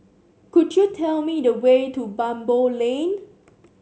could you tell me the way to Baboo Lane